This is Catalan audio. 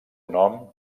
nom